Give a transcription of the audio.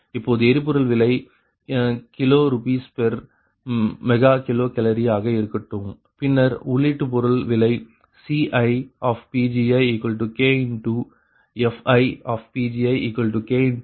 இப்பொழுது எரிபொருளின் விலை k RsMkCal ஆக இருக்கட்டும் பின்னர் உள்ளீட்டு எரிபொருள் விலை CiPgik FiPgikPgi